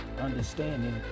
understanding